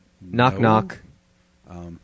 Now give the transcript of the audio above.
Knock-knock